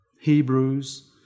Hebrews